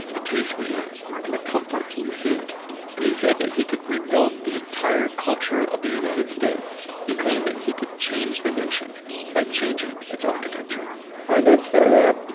the tastes we have and the comforts we seek and he said that he could rebuild the entire culture of the united states. he claimed that he could change the nation by changing its architecture i did say that